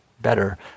better